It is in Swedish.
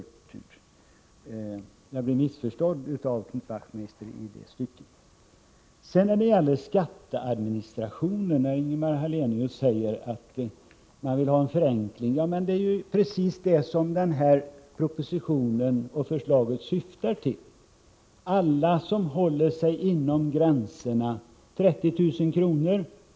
Jag blev alltså missförstådd av Knut Wachtmeister i det stycket. När det sedan gäller skatteadministration säger Ingemar Hallenius att man 105 vill ha förenkling. Det är precis det som propositionen syftar till. För alla som håller sig inom gränserna 30 000 kr.